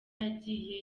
yagiye